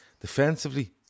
defensively